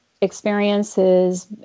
experiences